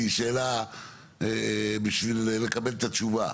היא שאלה בשביל לקבל את התשובה.